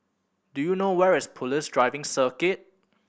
do you know where is Police Driving Circuit